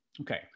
Okay